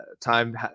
time